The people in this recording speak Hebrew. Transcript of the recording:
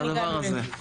עכשיו הגענו לזה.